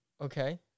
okay